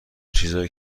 چیزای